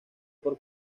por